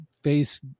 face